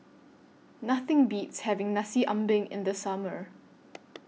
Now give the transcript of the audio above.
Nothing Beats having Nasi Ambeng in The Summer